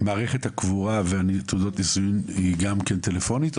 מערכת הקבורה ותעודות הנישואין היא גם כן טלפונית?